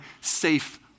safe